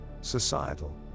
societal